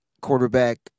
quarterback